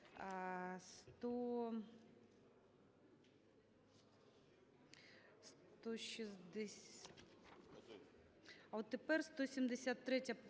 А от тепер 173